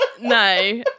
No